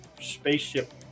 spaceship